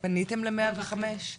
פניתם ל-105?